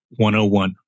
101